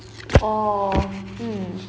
orh hmm